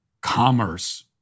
commerce